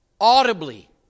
audibly